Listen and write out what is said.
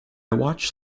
watched